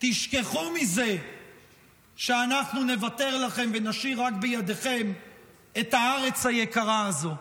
תשכחו מזה שאנחנו נוותר לכם ונשאיר רק בידיכם את הארץ היקרה הזו.